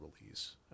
release